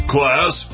Class